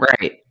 Right